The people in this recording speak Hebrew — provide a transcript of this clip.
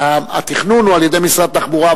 התכנון הוא על-ידי משרד התחבורה,